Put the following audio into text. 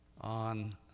on